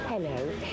Hello